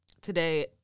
today